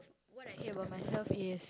what I hate about myself is